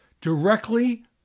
directly